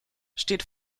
steht